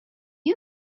you